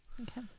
Okay